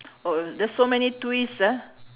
oh there's so many twist ah